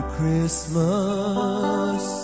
Christmas